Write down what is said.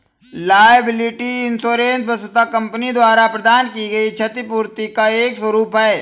liability insurance वस्तुतः company द्वारा प्रदान की गई क्षतिपूर्ति का एक स्वरूप है